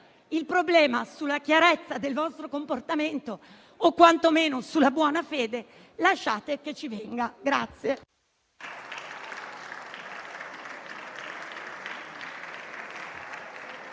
un problema sulla chiarezza del vostro comportamento o quantomeno sulla sua buona fede lasciate che ci venga